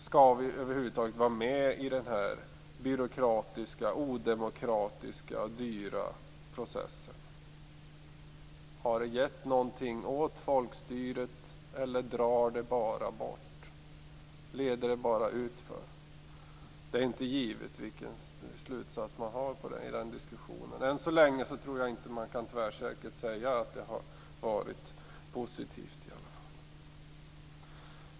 Skall vi över huvud taget vara med i den här byråkratiska, odemokratiska och dyra processen? Har det gett någonting åt folkstyret, eller drar det bara bort? Leder det bara utför? Det är inte givet vilken slutsats man kommer till i den diskussionen. Än så länge tror jag inte att man tvärsäkert kan säga att det har varit positivt i alla fall.